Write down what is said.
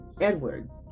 Edwards